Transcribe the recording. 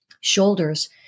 shoulders